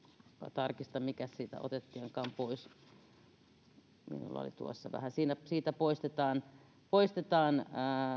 tarkistan mikäs siitä otettiinkaan pois siitä poistetaan poistetaan